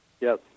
Yes